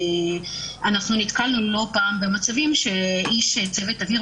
אנחנו נתקלנו לא פעם במצבים שאיש צוות אוויר,